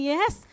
Yes